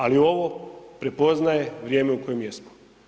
Ali, ovo prepoznaje vrijeme u kojem jesmo.